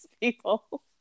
people